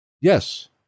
Yes